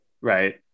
right